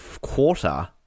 quarter